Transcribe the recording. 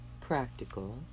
practical